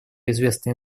известные